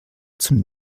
zum